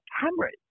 cameras